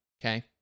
okay